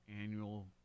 annual